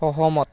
সহমত